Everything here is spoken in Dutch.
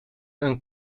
een